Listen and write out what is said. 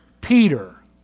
Peter